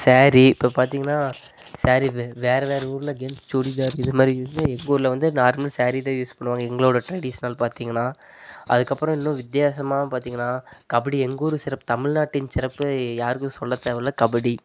ஸேரி இப்போ பார்த்திங்கன்னா ஸேரி இது வேற வேற ஊர்ல கேர்ள்ஸ் சுடிதார் இதுமாதிரி இது எங்கள் ஊர்ல வந்து நார்மலா ஸேரி தான் யூஸ் பண்ணுவாங்க எங்களோட ட்ரெடிஷ்னல் பார்த்திங்கன்னா அதுக்கப்புறம் இன்னும் வித்தியாசமாக பார்த்திங்கன்னா கபடி எங்கள் ஊர் சிறப் தமிழ்நாட்டின் சிறப்பு யாருக்கும் சொல்ல தேவயில்லை கபடி